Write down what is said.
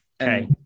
okay